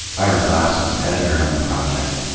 ira glass was editor on the project.